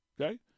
okay